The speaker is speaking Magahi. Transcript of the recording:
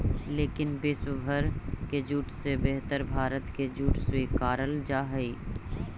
लेकिन विश्व भर के जूट से बेहतर भारत के जूट स्वीकारल जा हइ